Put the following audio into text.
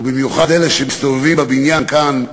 ובמיוחד אלה שמסתובבים בבניין כאן,